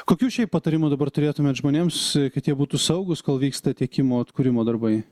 kokių šiaip patarimų dabar turėtumėt žmonėms kad jie būtų saugūs kol vyksta tiekimo atkūrimo darbai